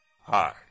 Hi